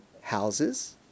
houses